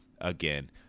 again